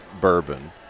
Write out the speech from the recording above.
bourbon